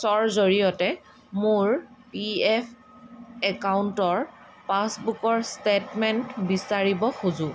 ৰ জৰিয়তে মোৰ পি এফ একাউণ্টৰ পাচবুকৰ ষ্টেটমেণ্ট বিচাৰিব খোজোঁ